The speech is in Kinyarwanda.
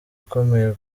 ukomeye